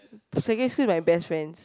secondary school is my best friends